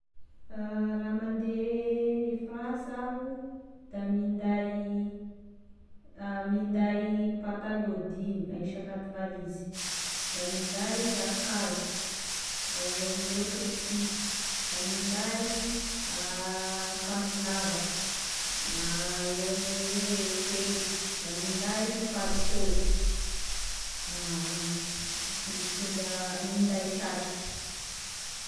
Raha mande e Fransa aho da minday minday pataloa dimy ahisy agnaty valizy da minday akanzo eo amy ohatry hoe fito da minday akanzo lava eo amin'ny hoe telo, da minday palitao da mitondr- minday satroky.